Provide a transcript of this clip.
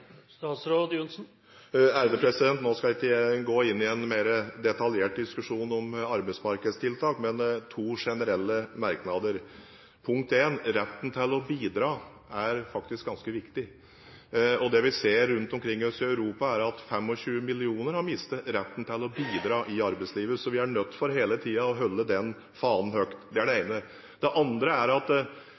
skal ikke gå inn i en mer detaljert diskusjon om arbeidsmarkedstiltak, men jeg har to generelle merknader: Retten til å bidra er faktisk ganske viktig. Det vi ser rundt omkring i Europa, er at 25 millioner har mistet retten til å bidra i arbeidslivet. Så vi er hele tiden nødt til å holde den fanen høyt. Det er det ene. Det andre er at